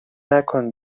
نکن